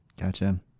Gotcha